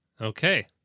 Okay